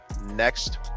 next